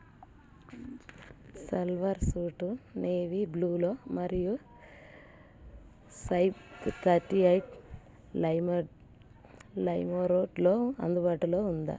salwar suit navy బ్లూలో మరియు size thirty eight లైమర్ లైమోరోడ్లో అందుబాటులో ఉందా